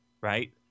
Right